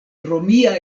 romia